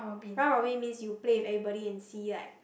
round robin means you play with everybody and see like